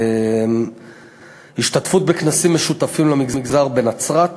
השתתפות בכנסים למגזר בנצרת,